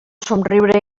somriure